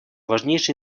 важнейший